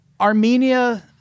Armenia